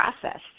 process